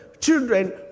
Children